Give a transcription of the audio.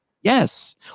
Yes